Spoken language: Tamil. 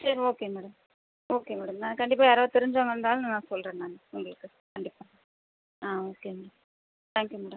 சரி ஓகே மேடம் ஓகே மேடம் நான் கண்டிப்பாக யாராவது தெரிந்தவங்கள் இருந்தாலும் நான் சொல்கிறேன் மேடம் உங்களுக்கு கண்டிப்பாக ஆ okay ma'am thank you madam